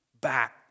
back